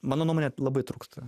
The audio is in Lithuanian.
mano nuomone labai trūksta